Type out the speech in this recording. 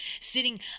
sitting